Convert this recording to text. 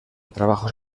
trabajos